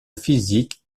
physique